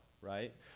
right